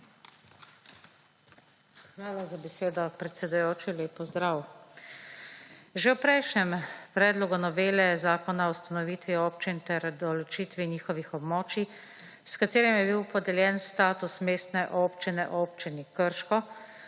Hvala za besedo, predsedujoči. Lep pozdrav! Že v prejšnjem predlogu novele Zakona o ustanovitvi občin ter določitvi njihovih območij s katerim je bil podeljen status Mestne občine občini Krško